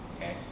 Okay